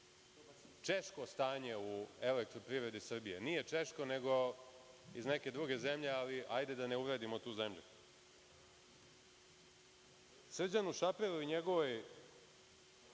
češko stanje u „Elektroprivredi Srbije“, nije češko, nego iz neke druge zemlje, ali hajde da ne uvredimo tu zemlju, Srđanu Šaperu i njegovoj